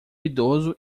idoso